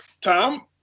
Tom